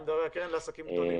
אני מדבר על הקרן לעסקים הגדולים,